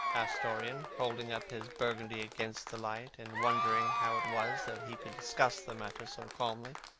asked dorian, holding up his burgundy against the light and wondering how it was that he could discuss the matter so calmly.